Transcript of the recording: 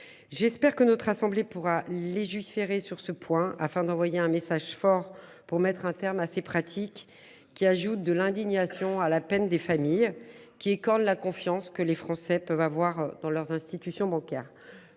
J'espère que notre assemblée pourra légiférer sur ce point, afin d'envoyer un message fort pour mettre un terme à ces pratiques qui ajoute de l'indignation à la peine des familles qui écornent la confiance que les Français peuvent avoir dans leurs institutions bancaires.